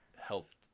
helped